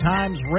Times